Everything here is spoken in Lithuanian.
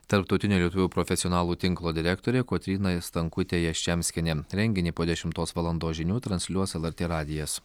tarptautinio lietuvių profesionalų tinklo direktorė kotryna stankutė jaščemskienė renginį po dešimtos valandos žinių transliuos lrt radijas